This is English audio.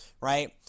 right